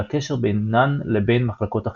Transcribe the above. והקשר בינן לבין מחלקות אחרות.